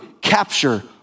capture